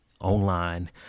online